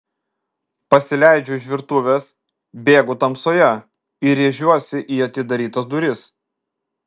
pasileidžiu iš virtuvės bėgu tamsoje ir rėžiuosi į atidarytas duris